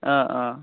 অঁ অঁ